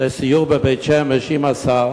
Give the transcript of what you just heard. לסיור בבית-שמש עם השר